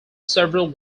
several